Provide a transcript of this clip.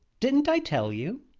didn't i tell you?